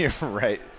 right